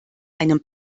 einem